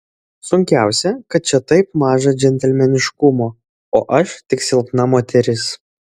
sunkiausia kad čia taip maža džentelmeniškumo o aš tik silpna moteris